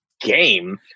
game